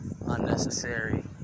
unnecessary